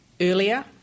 earlier